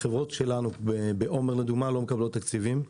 חברות שלנו בעומר למשל, לא מקבלות תקציבים.